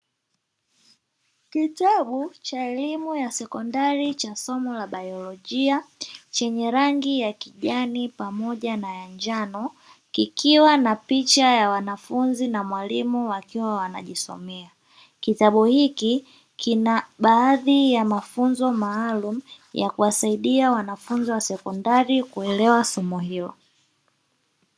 Kitabu cha elimu ya sekondari cha somo la biologia chenye rangi ya kijani pamoja na ya njano, kikiwa na picha ya wanafunzi na mwalimu wanajisomea. Kitabu hiki kina baadhi ya mafunzo maalumu ya kuwasaidia wanafunzi wa sekondari kuelewa somo hilo.